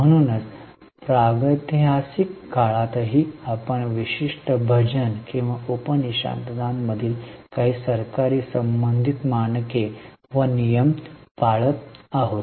म्हणूनच प्रागैतिहासिक काळातही आपण विशिष्ट भजन किंवा उपनिषदांमधील काही सरकारी संबंधित मानके व नियम पाळत आहोत